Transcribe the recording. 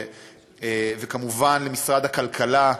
וכמובן משרד הכלכלה,